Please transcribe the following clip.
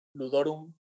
Ludorum